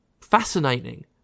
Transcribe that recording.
fascinating